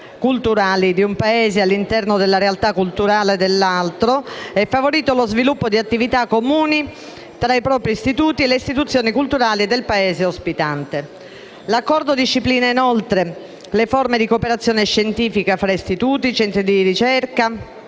culturali di un Paese all'interno della realtà culturale dell'altro e favorito lo sviluppo di attività comuni tra i propri istituti e le istituzioni culturali del Paese ospitante. L'Accordo disciplina, inoltre, le forme di cooperazione scientifica fra istituti, centri di ricerca